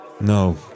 No